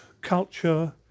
culture